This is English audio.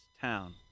town